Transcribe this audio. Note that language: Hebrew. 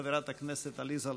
חברת הכנסת עליזה לביא,